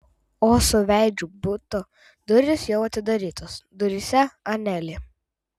o suveizdžių buto durys jau atidarytos duryse anelė